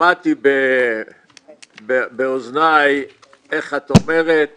שמעתי באוזניי איך את אומרת